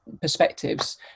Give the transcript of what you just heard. perspectives